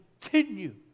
continue